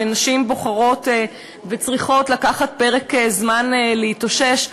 ונשים בוחרות וצריכות לקחת פרק זמן להתאושש,